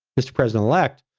mr. president elect,